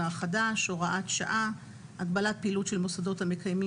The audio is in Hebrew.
החדש (הוראת שעה)(הגבלת פעילות של מוסדות המקיימים